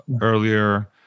earlier